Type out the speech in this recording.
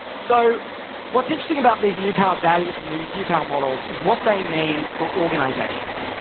so what's interesting about these new power values and these new power models is what they mean for organizations.